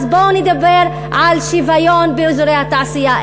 אז בואו נדבר על שוויון באזורי התעשייה.